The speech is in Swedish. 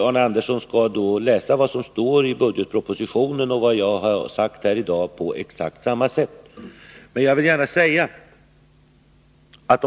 Arne Andersson skall läsa vad som står i budgetpropositionen och tolka det jag har sagt här i dag på exakt samma sätt.